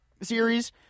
series